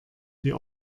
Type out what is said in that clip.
die